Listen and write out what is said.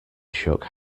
shook